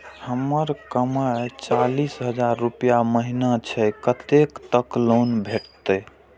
हमर कमाय चालीस हजार रूपया महिना छै कतैक तक लोन भेटते?